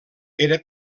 era